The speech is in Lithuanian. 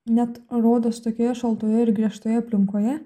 net rodos tokioje šaltoje ir griežtoje aplinkoje